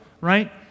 right